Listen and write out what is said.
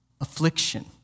affliction